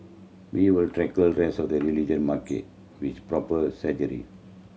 we will tackle rest of the religion market with proper strategy